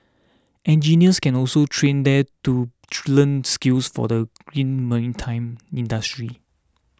engineers can also train there to learn skills for the green maritime industry